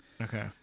Okay